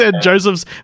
Joseph's